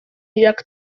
jak